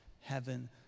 Heaven